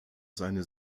seine